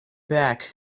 back